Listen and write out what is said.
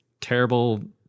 terrible